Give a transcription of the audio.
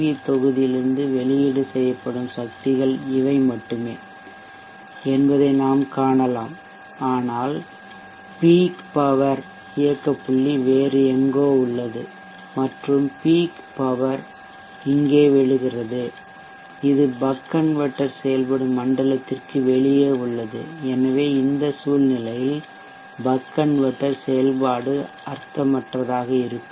we தொகுதியிலிருந்து வெளியீடு செய்யப்படும் சக்திகள் இவை மட்டுமே என்பதை நாம் காணலாம் ஆனால் பீக் பவர் உச்ச சக்தி இயக்க புள்ளி வேறுஎங்கோ உள்ளது மற்றும் பீக் பவர் உச்ச சக்தி இங்கே விழுகிறது இது பக் கன்வெர்ட்டர் செயல்படும் மண்டலத்திற்கு வெளியே உள்ளது எனவே இந்த சூழ்நிலையில் பக் கன்வெர்ட்டர் செயல்பாடு அர்த்தமற்றதாக இருக்கும்